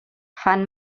fan